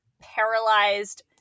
paralyzed